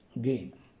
gain